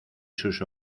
sus